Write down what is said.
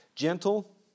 gentle